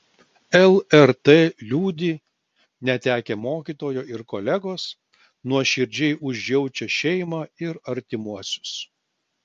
lrt liūdi netekę mokytojo ir kolegos nuoširdžiai užjaučia šeimą ir artimuosius